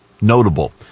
Notable